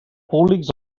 públics